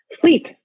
sleep